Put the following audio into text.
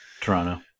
Toronto